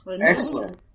Excellent